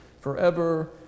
forever